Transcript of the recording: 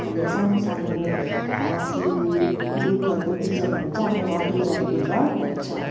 हामीले सानो सानो अँ फुल रुखहरूको बिजनहरू चाहिँ हाीले हट हाउसहरू भित्र राख्छ